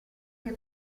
che